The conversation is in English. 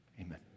Amen